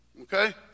Okay